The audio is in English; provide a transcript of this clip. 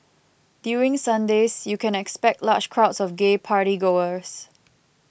during Sundays you can expect large crowds of gay party goers